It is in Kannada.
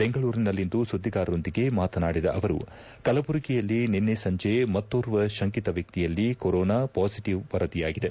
ಬೆಂಗಳೂರಿನಲ್ಲಿಂದು ಸುದ್ದಿಗಾರರೊಂದಿಗೆ ಮಾತನಾಡಿದ ಅವರು ಕಲಬುರಗಿಯಲ್ಲಿ ನಿನ್ನೆ ಸಂಜೆ ಮತ್ತೋರ್ವ ಶಂಕಿತ ವ್ಯಕ್ತಿಯಲ್ಲಿ ಕೊರೋನಾ ಪಾಸಿಟಿವ್ ವರದಿಯಾಗಿದೆ